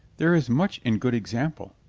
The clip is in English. there is much in good example.